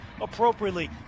appropriately